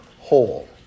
whole